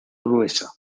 gruesa